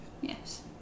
Yes